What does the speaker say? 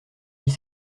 dix